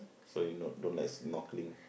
so you not don't like snorkeling